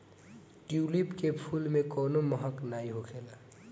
tulip के फूल में कवनो महक नाइ होखेला